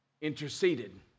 interceded